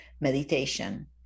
meditation